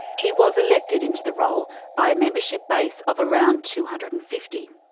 he was elected into the role by a membership base of around two hundred and fifty.